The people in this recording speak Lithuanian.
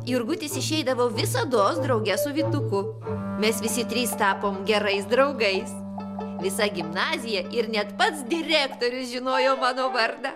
jurgutis išeidavo visados drauge su vytuku mes visi trys tapom gerais draugais visa gimnazija ir net pats direktorius žinojo mano vardą